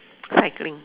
cycling